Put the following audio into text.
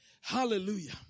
Hallelujah